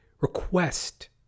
request